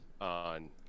on